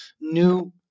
new